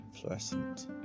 fluorescent